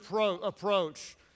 approach